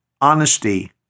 honesty